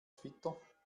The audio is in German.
twitter